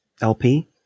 lp